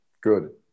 Good